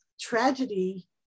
tragedy